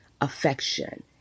affection